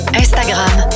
Instagram